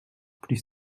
plus